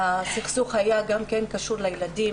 והסכסוך היה גם כן קשור לילדים